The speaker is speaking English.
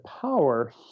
power